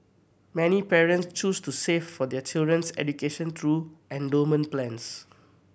many parents choose to save for their children's education through endowment plans